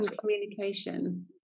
communication